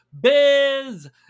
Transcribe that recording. biz